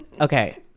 Okay